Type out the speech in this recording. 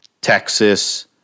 Texas